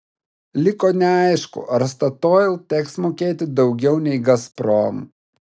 liko neaišku ar statoil teks mokėti daugiau nei gazprom